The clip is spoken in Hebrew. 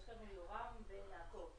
אנחנו בימים אלה נפגשים הרבה,